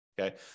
Okay